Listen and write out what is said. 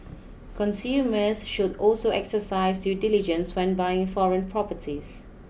consumers should also exercise due diligence when buying foreign properties